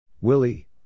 Willie